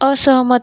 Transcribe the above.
असहमत